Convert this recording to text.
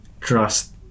trust